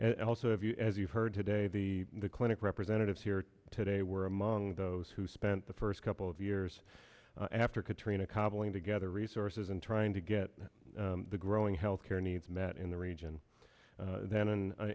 and also if you as you've heard today the clinic representatives here today were among those who spent the first couple of years after katrina cobbling together resources and trying to get the growing healthcare needs met in the region then in